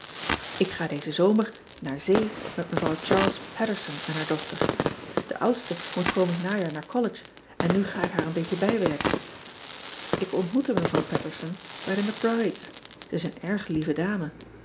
k ga dezen zomer naar zee met evrouw harles aterson en haar dochter e oudste moet komend najaar naar ollege en nu ga ik haar een beetje bijwerken k ontmoette evrouw aterson bij de c rides e is een erg lieve dame